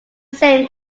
same